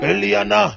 Eliana